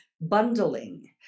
bundling